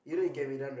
oh